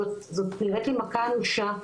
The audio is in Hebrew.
זאת נראית לי מכה אנושה,